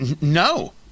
no